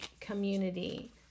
community